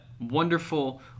wonderful